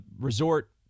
resort